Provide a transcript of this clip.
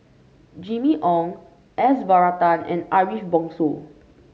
Jimmy Ong S Varathan and Ariff Bongso